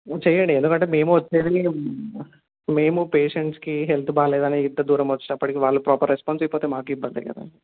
చేయండి ఎందుకంటే మేము వచ్చేది మేము పేషెంట్స్కి హెల్త్ బాగలేదని ఇంత దూరం వచ్చినటప్పటికి వాళ్ళు ప్రాపర్ రెస్పాన్స్ ఇవ్వకపోతే మాకు ఇబ్బంది కదా